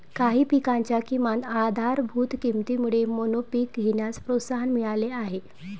काही पिकांच्या किमान आधारभूत किमतीमुळे मोनोपीक घेण्यास प्रोत्साहन मिळाले आहे